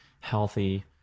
healthy